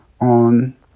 on